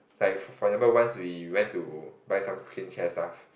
like for for example once we went to buy some skincare stuff